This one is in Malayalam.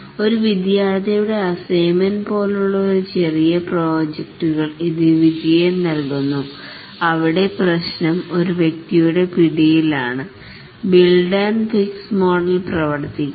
ഒരു വിദ്യാർത്ഥിയുടെ അസൈമെൻറ് പോലുള്ള ഒരു ചെറിയ പ്രോജക്ടുകൾക്ക് ഇത് വിജയം നൽകുന്നു അവിടെ പ്രശ്നം ഒരു വ്യക്തിയുടെ പിടിയിലാണ് ബിൽഡ് ആൻഡ് ഫിക്സ് മോഡൽ പ്രവർത്തിക്കുന്നു